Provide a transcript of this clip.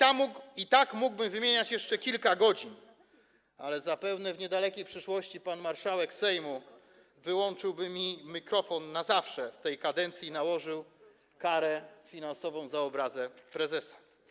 I mógłbym tak wymieniać jeszcze kilka godzin, ale zapewne w niedalekiej przyszłości pan marszałek Sejmu wyłączyłby mi mikrofon na zawsze w tej kadencji i nałożył karę finansową za obrazę prezesa.